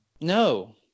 No